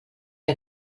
que